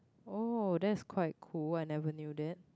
oh that is quite cool I never knew that